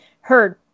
heard